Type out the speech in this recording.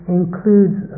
includes